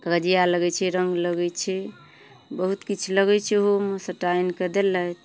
कजिया लगय छै रङ्ग लगय छै बहुत किछु लगय छै ओहोमे सभटा आनि कऽ देलथि